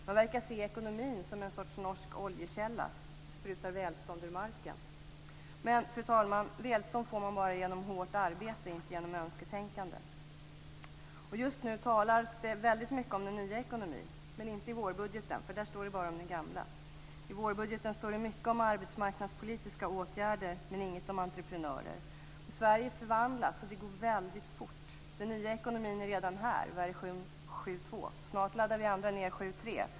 Man verkar se ekonomin som någon sorts norsk oljekälla - det sprutar välstånd ur marken. Men, fru talman, välstånd når man bara genom hårt arbete, inte genom önsketänkande. Just nu talas det väldigt mycket om den nya ekonomin, men inte i vårbudgeten för där står det bara om den gamla. I vårbudgeten står det mycket om arbetsmarknadspolitiska åtgärder, men inget om entreprenörer. Sverige förvandlas, och det går väldigt fort. Den nya ekonomin är redan här, version 7.2. Snart laddar vi andra ned 7.3.